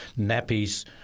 nappies